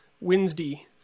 Wednesday